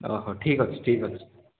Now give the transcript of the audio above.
ହଁ ହଁ ଠିକ୍ ଅଛି ଠିକ୍ ଅଛି